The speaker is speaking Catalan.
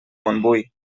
montbui